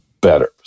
better